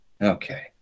Okay